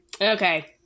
Okay